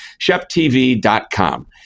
ShepTV.com